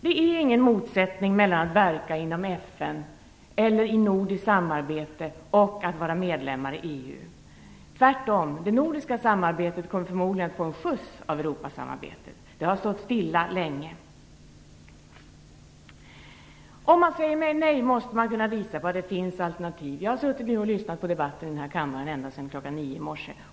Det råder ingen motsättning mellan att verka inom FN eller i nordiskt samarbete och att vara medlem i EU. Tvärtom, det nordiska samarbetet kommer förmodligen att få en skjuts av Europasamarbetet. Det har stått stilla länge. De som säger nej måste kunna visa att det finns alternativ. Jag har lyssnat på debatten i kammaren ända sedan kl. 9 i morse.